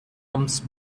comes